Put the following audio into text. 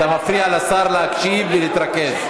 אתה מפריע לשר להקשיב ולהתרכז.